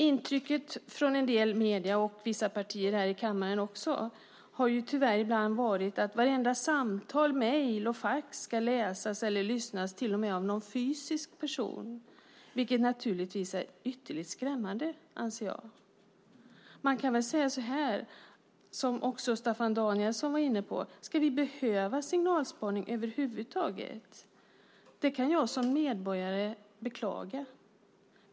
Intrycket från en del medier och även från vissa partier här i kammaren har tyvärr ibland varit att vartenda samtal, mejl och fax ska läsas eller lyssnas av, till och med av någon fysisk person. Det vore naturligtvis ytterligt skrämmande. Man kan väl säga så här: Ska vi behöva signalspaning över huvud taget? Också Staffan Danielsson var inne på detta. Det kan jag som medborgare beklaga.